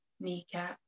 kneecap